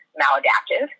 maladaptive